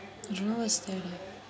don't know what's there leh